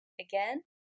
Again